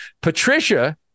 Patricia